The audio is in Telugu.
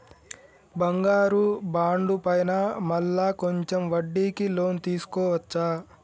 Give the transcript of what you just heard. బంగారు బాండు పైన మళ్ళా కొంచెం వడ్డీకి లోన్ తీసుకోవచ్చా?